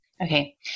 Okay